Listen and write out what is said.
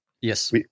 Yes